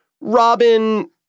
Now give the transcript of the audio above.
Robin